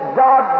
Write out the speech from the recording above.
god